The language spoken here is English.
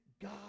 god